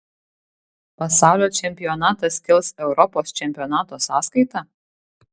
pasaulio čempionatas kils europos čempionato sąskaita